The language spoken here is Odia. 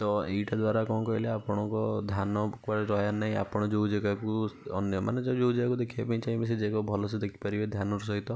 ତ ଏଇଟା ଦ୍ଵାରା କ'ଣ କହିଲେ ଆପଣଙ୍କ ଧ୍ୟାନ କୁଆଡ଼େ ରହିବାର ନାହିଁ ଆପଣ ଯେଉଁ ଜାଗାକୁ ଅନ୍ୟମାନେ ଯେଉଁ ଜାଗାକୁ ଦେଖିବାକୁ ଚାହିଁବେ ସେଇ ଜାଗାକୁ ଭଲସେ ଦେଖିପାରିବେ ଧ୍ୟାନର ସହିତ